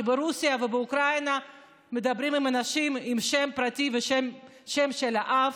כי ברוסיה ובאוקראינה מדברים עם אנשים בשם פרטי ובשם של האב,